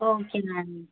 okay అండి